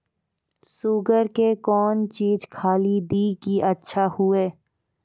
Sugar के कौन चीज खाली दी कि अच्छा हुए?